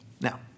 Now